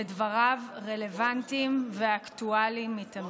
ודבריו רלוונטיים ואקטואליים מתמיד.